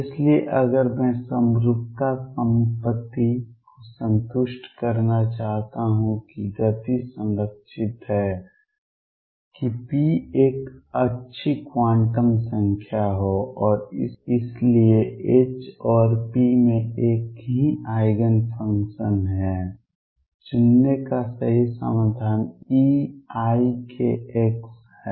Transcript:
इसलिए अगर मैं समरूपता संपत्ति को संतुष्ट करना चाहता हूं कि गति संरक्षित है कि p एक अच्छी क्वांटम संख्या हो और इसलिए एच और पी में एक ही आइगेन फंक्शन है चुनने का सही समाधान eikx है